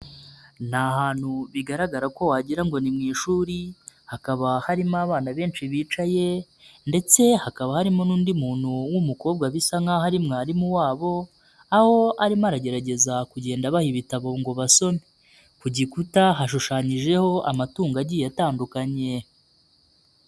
Ni ahantu bigaragara ko wagira ngo ni mu ishuri hakaba harimo abana benshi bicaye ndetse hakaba harimo n'undi muntu w'umukobwa bisa nk'aho ari mwarimu wabo aho arimo aragerageza kugenda abaha ibitabo ngo basome, ku gikuta hashushanyijeho amatungo agiye atandukanye.